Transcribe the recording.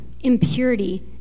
impurity